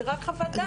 זאת רק חוות דעת,